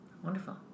Wonderful